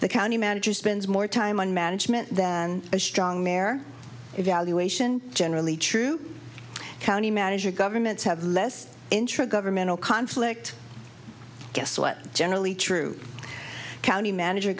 the county manager spends more time on management than a strong mare evaluation generally true county manager governments have less intragovernmental conflict guess what generally true county manager